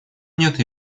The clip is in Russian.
нет